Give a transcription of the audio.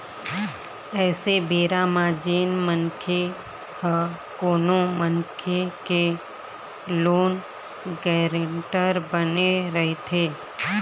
ऐ बेरा म जेन मनखे ह कोनो मनखे के लोन गारेंटर बने रहिथे